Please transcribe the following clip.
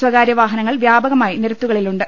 സ്ഥകാര്യ വാഹനങ്ങൾ വ്യാപകമായി നിരത്തുകളിൽ ഉണ്ട്